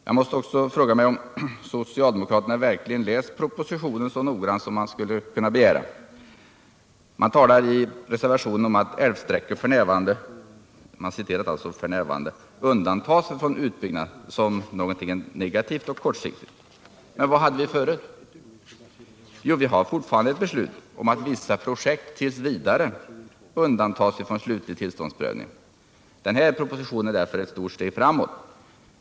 Jag måste också fråga mig om socialdemokraterna verkligen läst propositionen så noggrant som man skulle kunna begära. Man talar om att älvsträckor ”f. n.” undantas från utbyggnad som något negativt och kortsiktigt. Men vad hade vi förut? Jo, vi har fortfarande ett beslut om att vissa projekt ”tills vidare” undantas från slutlig tillståndsprövning. Den här propositionen är därför ett stort steg framåt.